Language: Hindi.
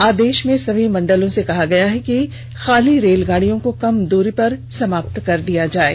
आदेश में सभी मण्डलों से कहा गया है कि खाली रेलगाड़ियों को कम दूरी पर समाप्त कर दी जाएं